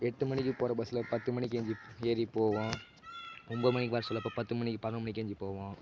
எட்டு மணிக்கு போகிற பஸ்ஸில் பத்து மணிக்கு ஏஞ்ஜி ஏறி போவோம் ஒன்போது மணிக்கு வர சொல்லுறப்ப பத்து மணிக்கு பதினொரு மணிக்கு ஏஞ்ஜி போவோம்